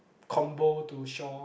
combo to shaw